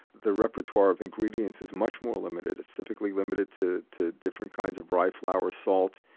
the repertoire of ingredients is much more limited. it's typically limited to to different kinds of rye flour, salt,